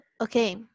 Okay